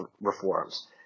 reforms